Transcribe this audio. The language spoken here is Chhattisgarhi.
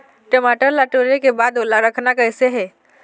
टमाटर ला टोरे के बाद ओला रखना कइसे हे?